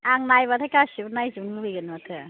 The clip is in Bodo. आं नायबाथाय गासैबो नायजोबनो लुबैगोन माथो